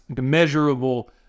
measurable